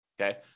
Okay